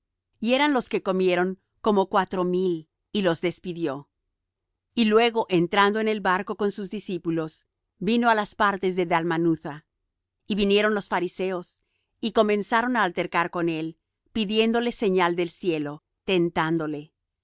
y eran los que comieron como cuatro mil y los despidió y luego entrando en el barco con sus discípulos vino á las partes de dalmanutha y vinieron los fariseos y comenzaron á altercar con él pidiéndole señal del cielo tentándole